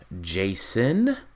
Jason